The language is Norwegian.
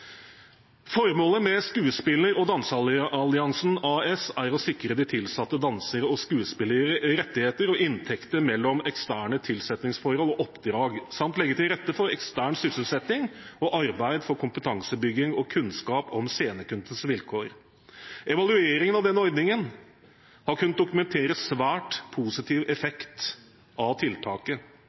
Formålet med Skuespiller- og danseralliansen AS er å sikre tilsatte dansere og skuespillere rettigheter og inntekter mellom eksterne tilsettingsforhold og oppdrag samt legge til rette for ekstern sysselsetting og arbeide for kompetanseoppbygging og kunnskap om scenekunstens vilkår. Evalueringen av denne ordningen har kunnet dokumentere svært positiv effekt av tiltaket.